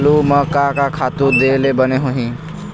आलू म का का खातू दे ले बने होही?